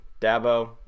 Dabo